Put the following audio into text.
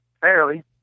fairly